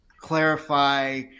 clarify